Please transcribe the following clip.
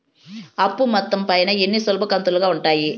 అప్పు మొత్తం పైన ఎన్ని సులభ కంతులుగా ఉంటాయి?